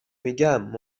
میگم